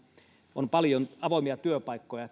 paljon avoimia työpaikkoja